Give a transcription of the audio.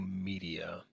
media